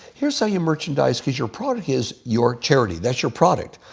here's how you merchandise, because your product is your charity. that's your product,